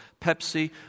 Pepsi